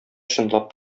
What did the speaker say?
чынлап